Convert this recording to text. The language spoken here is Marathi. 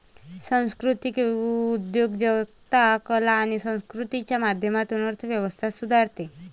सांस्कृतिक उद्योजकता कला आणि संस्कृतीच्या माध्यमातून अर्थ व्यवस्था सुधारते